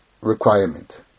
requirement